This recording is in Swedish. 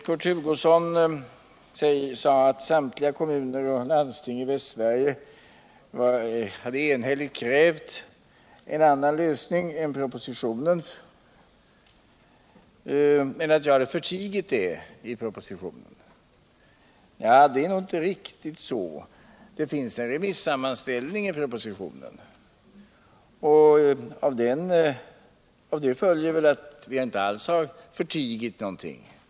Kurt Hugosson sade att samtliga kommuner och landsting i Västsverige enhälligt hade krävt en annan lösning än propositionens men att jag hade förtigit det i propositionen. Det är nog inte riktigt så. Det finns en remissammanställning i propositionen, och av det följer väl att vi inte alls har förtigit någonting.